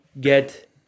get